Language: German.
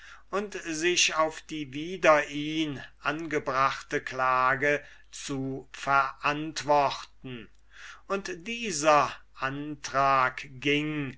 und sich auf die wider ihn angebrachte klage zu verantworten und dieser antrag ging